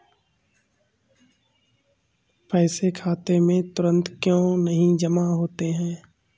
पैसे खाते में तुरंत क्यो नहीं जमा होते हैं?